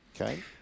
Okay